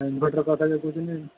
inverter କଥା ଯେଉଁ କହୁଛନ୍ତି